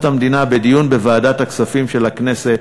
המדינה בדיון בוועדת הכספים של הכנסת,